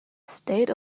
stayed